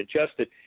adjusted